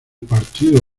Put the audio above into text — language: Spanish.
partido